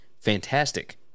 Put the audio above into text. fantastic